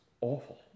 awful